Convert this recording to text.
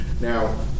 Now